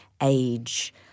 age